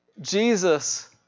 Jesus